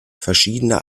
verschiedener